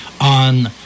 on